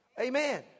Amen